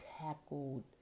tackled